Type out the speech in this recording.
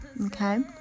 Okay